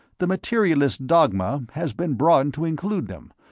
the materialistic dogma has been broadened to include them,